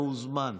והוזמן,